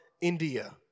India